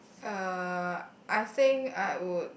uh I think I would